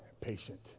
patient